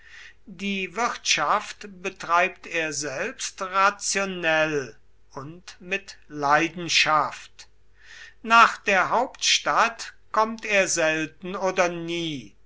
die wirtschaft betreibt er selbst rationell und mit leidenschaft nach der hauptstadt kommt er selten oder nie